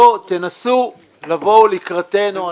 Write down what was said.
בואו תנסו לבוא לקראתנו.